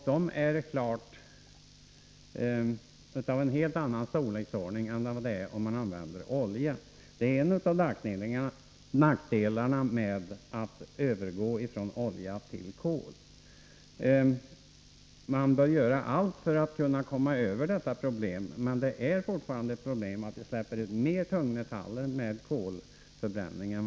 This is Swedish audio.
De är klart av en helt annan storlek än när man använder olja. Det är en av nackdelarna med att övergå från olja till kol. Man bör göra allt för att lösa detta problem, men det är fortfarande ett problem att kolförbränning medför större tungmetallutsläpp än oljeeldning.